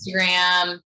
Instagram